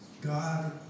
God